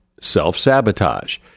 Self-sabotage